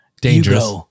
Dangerous